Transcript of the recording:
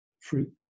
fruit